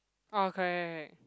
orh correct correct correct